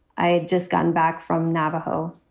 i had just gotten back from navajo.